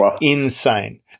insane